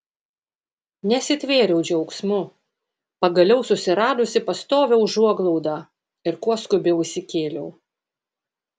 nesitvėriau džiaugsmu pagaliau susiradusi pastovią užuoglaudą ir kuo skubiau įsikėliau